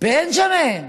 בנג'מין.